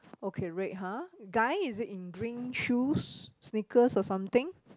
okay red ha guy is it in green shoes sneakers or something